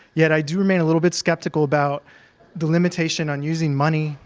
yet i do remain a little bit skeptical about the limitation on using money.